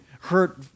hurt